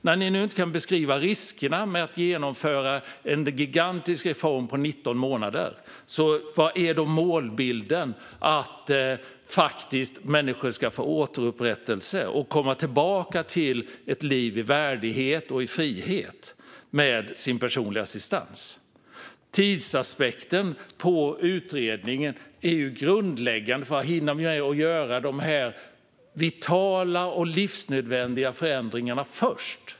När ni nu inte kan beskriva riskerna med att genomföra en gigantisk reform på 19 månader, vad är då målbilden? Är målbilden att människor faktiskt ska få återupprättelse och komma tillbaka till ett liv i värdighet och i frihet med sin personliga assistans? Tidsaspekten på utredningen är ju grundläggande för att hinna med att göra dessa vitala och livsnödvändiga förändringar först.